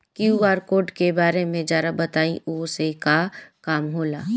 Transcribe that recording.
QR code के बारे में जरा बताई वो से का काम होला?